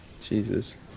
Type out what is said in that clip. Jesus